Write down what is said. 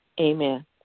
Amen